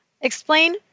Explain